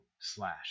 slash